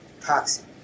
toxin